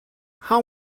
how